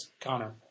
Connor